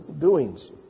doings